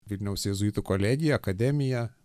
vilniaus jėzuitų kolegija akademija